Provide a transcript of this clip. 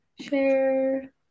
Share